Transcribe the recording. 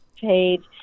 page